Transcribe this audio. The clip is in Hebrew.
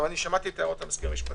שמעתי את ההערות של המזכיר המשפטי,